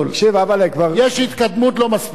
תקשיב, אבא'לה, כבר, יש התקדמות לא מספיקה,